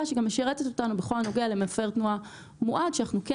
שגם משרתת אותנו בכל הנוגע למפר תנועה מועד שאנחנו כן